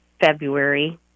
February